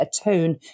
atone